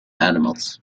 animals